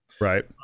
right